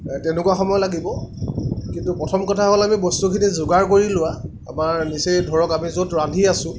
তেনেকুৱা সময় লাগিব কিন্তু প্ৰথম কথা হ'ল আমি বস্তুখিনি যোগাৰ কৰি লোৱা আমাৰ নিচেই ধৰক আমি য'ত ৰান্ধি আছোঁ